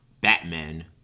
Batman